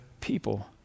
people